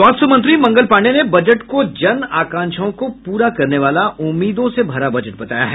स्वास्थ्य मंत्री मंगल पांडे ने बजट को जन आकांक्षाओं को पूरा करने वाला उम्मीदों से भरा बजट बताया है